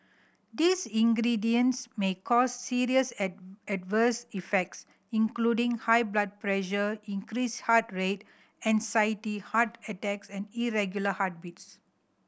these ingredients may cause serious adverse effects including high blood pressure increased heart rate anxiety heart attacks and irregular heartbeats